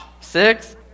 six